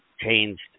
changed